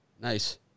Nice